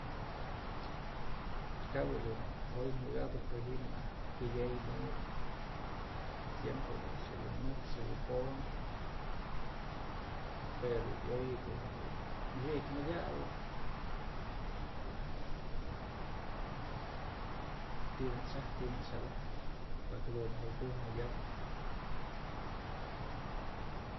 Kabë dun oy jukyatëp pë ji'im najk kydyëy mëdë siemprem dun nyaka nëj nyakë ponëp jue dun yoyë ko'o jedun xi'ik mëdyakëp kudun ti'i najk xyap ti'i najk yabëjpë para que jadun dun jo'ot kujkë jukyatëp.